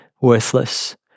worthless